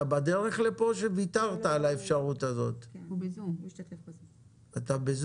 אשר, תן